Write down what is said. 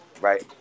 right